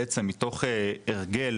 בעצם מתוך הרגל,